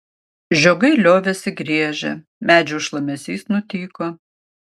žiogai liovėsi griežę medžių šlamesys nutyko